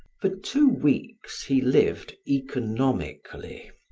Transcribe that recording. for two weeks he lived economically,